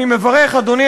בעצם מבטלים,